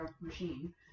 machine